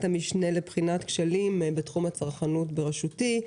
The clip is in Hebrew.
המשנה לבחינת כשלים בתחום הצרכנות בראשותי.